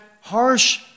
harsh